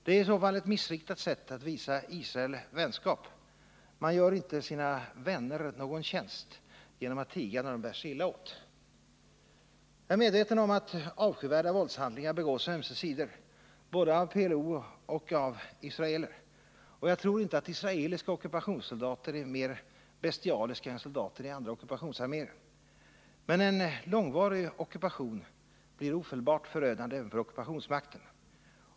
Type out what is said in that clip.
Det är i så fall ett missriktat sätt att visa Israel vänskap. Man gör inte sina vänner någon tjänst genom att tiga när de bär sig illa åt. Jag är medveten om att avskyvärda våldshandlingar begås å ömse sidor, båda av PLO och av israeler. Och jag tror inte att isreaeliska ockupationssoldater är mer bestialiska än soldater i andra ockupationsarméer. Men en långvarig ockupation blir ofelbart förödande även för ockupationsmakten.